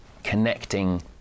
connecting